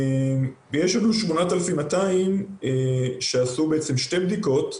יש 8,200 שביצעו שתי בדיקות,